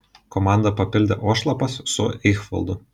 komandą papildė ošlapas su eichvaldu